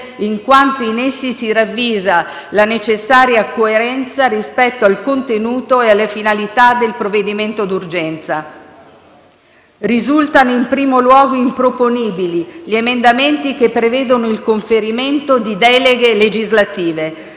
in quanto in essi si ravvisa la necessaria coerenza rispetto al contenuto e alle finalità del provvedimento d'urgenza. Risultano in primo luogo improponibili gli emendamenti che prevedono il conferimento di deleghe legislative.